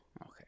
okay